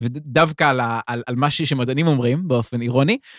ודווקא על משהו שמדענים אומרים באופן אירוני